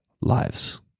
lives